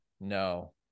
No